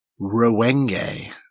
Rowenge